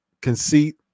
Conceit